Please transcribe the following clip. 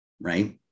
right